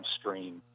stream